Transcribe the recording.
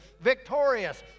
victorious